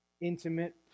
intimate